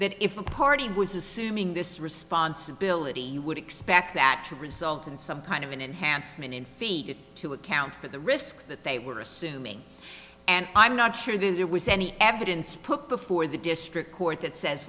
that if a party was assuming this responsibility you would expect that to result in some kind of an enhancement and feed it to account for the risk that they were assuming and i'm not sure that it was any evidence put before the district court that says